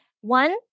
One